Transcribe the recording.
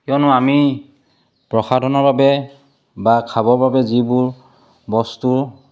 কিয়নো আমি প্ৰসাধনৰ বাবে বা খাবৰ বাবে যিবোৰ বস্তু